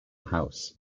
house